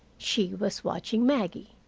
she was watching maggie.